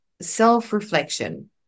self-reflection